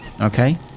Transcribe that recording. Okay